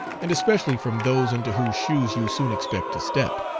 and especially from those into whose shoes you soon expect to step.